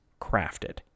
crafted